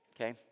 okay